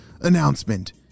announcement